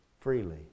Freely